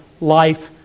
life